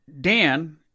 Dan